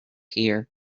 here